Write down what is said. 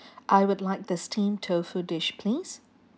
I would like the steam tofu dish please